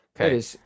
Okay